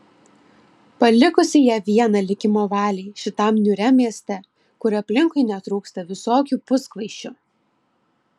palikusi ją vieną likimo valiai šitam niūriam mieste kur aplinkui netrūksta visokių puskvaišių